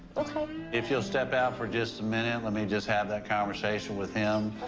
okay. if you'll step out for just a minute, let me just have that conversation with him.